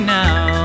now